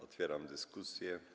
Otwieram dyskusję.